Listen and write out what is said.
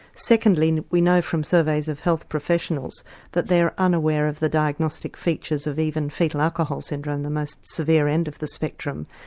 secondly we know from surveys of health professionals that they are unaware of the diagnostic features of even foetal alcohol syndrome, the most severe end of the spectrum.